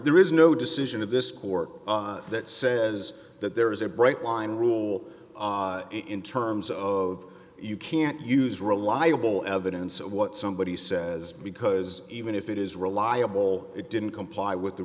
is no decision of this court that says that there is a bright line rule in terms of you can't use reliable evidence of what somebody says because even if it is reliable it didn't comply with the